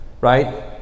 right